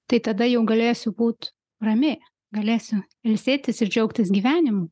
tai tada jau galėsiu būt rami galėsiu ilsėtis ir džiaugtis gyvenimu